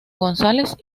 gonzález